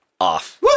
off